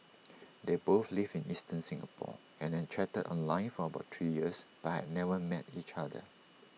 they both lived in eastern Singapore and had chatted online for about three years but had never met each other